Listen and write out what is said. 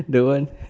the one